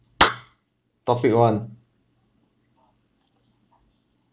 topic one